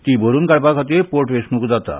ती भरून काडपा खातीर पोटवेंचणूक जाता